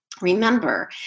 remember